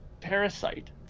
Parasite